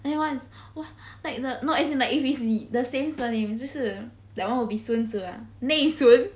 then one what like the no as in like if we see the same surname 就是 that one will be 孙子 ah 内孙